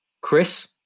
Chris